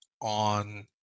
on